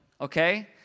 okay